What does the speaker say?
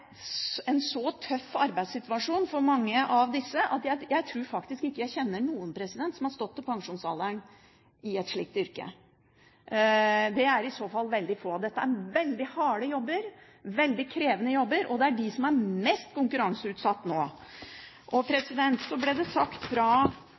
så tøff arbeidssituasjon at jeg tror ikke jeg kjenner noen som har stått til pensjonsalderen i et slikt yrke. Det er i så fall veldig få. Dette er veldig harde og veldig krevende jobber, og det er de som er mest konkurranseutsatt nå. Så én ting: Jeg er veldig glad for det som statsråden og